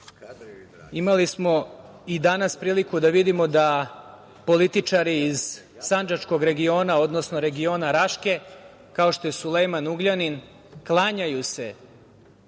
Imali smo i danas priliku da vidimo da političari iz sandžačkog regiona, odnosno regiona Raške, kao što je Sulejman Ugljanin, klanjaju se